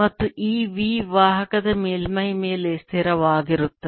ಮತ್ತೆ ಈ v ವಾಹಕದ ಮೇಲ್ಮೈ ಮೇಲೆ ಸ್ಥಿರವಾಗಿರುತ್ತದೆ